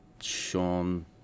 Sean